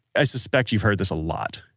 i suspect you've heard this a lot.